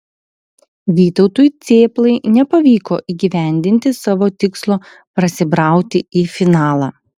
vytautui cėplai nepavyko įgyvendinti savo tikslo prasibrauti į finalą